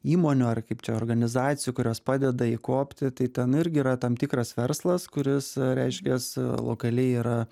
įmonių ar kaip čia organizacijų kurios padeda įkopti tai ten irgi yra tam tikras verslas kuris reiškias lokaliai yra